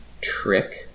trick